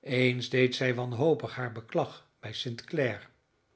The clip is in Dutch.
eens deed zij wanhopig haar beklag bij st